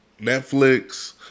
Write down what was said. Netflix